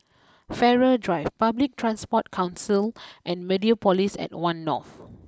Farrer Drive Public Transport Council and Mediapolis at one North